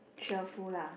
cheerful lah